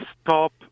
stop